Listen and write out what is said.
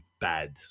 bad